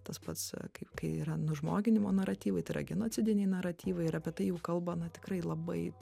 tas pats kaip kai yra nužmoginimo naratyvai tai yra genocidiniai naratyvai ir apie tai jau kalba na tikrai labai